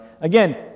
again